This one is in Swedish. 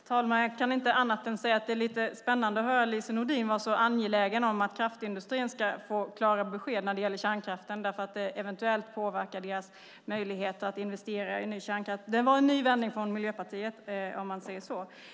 Herr talman! Jag kan inte säga annat än att det är lite spännande att höra Lise Nordin vara så angelägen om att kraftindustrin ska få klara besked när det gäller kärnkraften därför att det eventuellt påverkar deras möjligheter att investera i ny kärnkraft. Det var en ny vändning från Miljöpartiet, om man säger så.